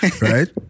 right